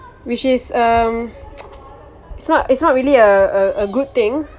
which is um it's not it's not really a a good thing